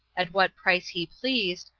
at what price he pleased,